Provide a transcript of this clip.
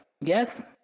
Yes